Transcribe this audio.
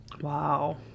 Wow